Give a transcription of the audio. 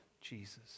Jesus